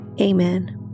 amen